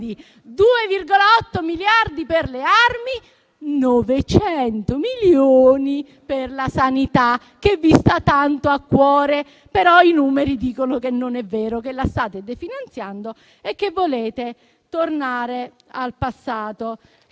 2,8 miliardi per le armi, 900 milioni per la sanità, che vi sta tanto a cuore. I numeri però dicono che non è vero, che la state definanziando e che volete tornare al passato.